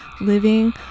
living